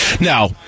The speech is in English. Now